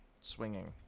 Swinging